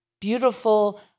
Beautiful